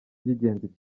by’ingenzi